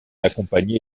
accompagné